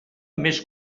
més